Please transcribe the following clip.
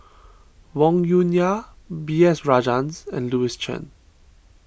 Wong Yoon Wah B S Rajhans and Louis Chen